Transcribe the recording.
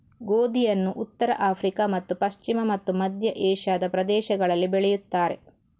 ಗೋಧಿಯನ್ನು ಉತ್ತರ ಆಫ್ರಿಕಾ ಮತ್ತು ಪಶ್ಚಿಮ ಮತ್ತು ಮಧ್ಯ ಏಷ್ಯಾದ ಪ್ರದೇಶಗಳಲ್ಲಿ ಬೆಳೆಯುತ್ತಾರೆ